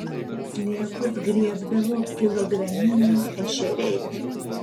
sliekus griebdavo kilograminiai ešeriai